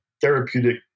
therapeutic